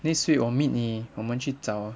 this week 我 meet 你我们去找